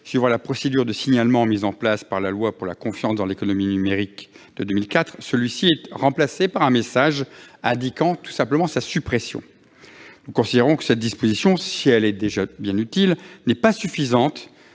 suivant la procédure de signalement mise en place par la loi de 2004 pour la confiance dans l'économie numérique, il est remplacé par un message mentionnant la suppression. Nous considérons que cette disposition, si elle est bien utile, n'est pas suffisante